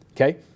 okay